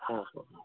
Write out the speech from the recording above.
ಹಾಂ ಹಾಂ ಹಾಂ